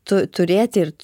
tu turėti ir